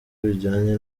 bijyanye